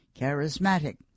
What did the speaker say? charismatic